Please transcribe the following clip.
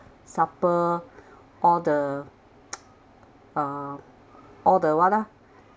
suffer all the uh all the what ah